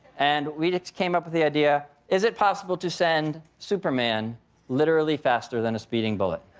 and we came up with the idea, is it possible to send superman literally faster than a speeding bullet?